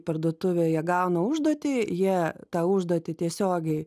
parduotuvę jie gauna užduotį jie tą užduotį tiesiogiai